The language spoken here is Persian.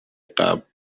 قبل